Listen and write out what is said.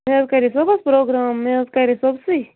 مےٚ حظ کَرے صبُحس پرٛوگرام مےٚ حظ کَرے صبسٕے